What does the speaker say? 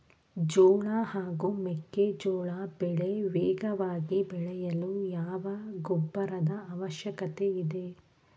ಜೋಳ ಹಾಗೂ ಮೆಕ್ಕೆಜೋಳ ಬೆಳೆ ವೇಗವಾಗಿ ಬೆಳೆಯಲು ಯಾವ ಗೊಬ್ಬರದ ಅವಶ್ಯಕತೆ ಇದೆ?